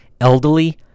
Elderly